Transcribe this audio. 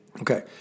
Okay